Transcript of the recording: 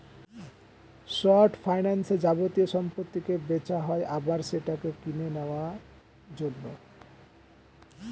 short ফাইন্যান্সে যাবতীয় সম্পত্তিকে বেচা হয় আবার সেটাকে কিনে নেওয়ার জন্য